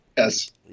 Yes